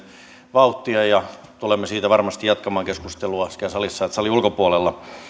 vauhtia tulemme siitä varmasti jatkamaan keskustelua sekä salissa että salin ulkopuolella